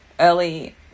early